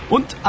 Und